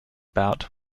bout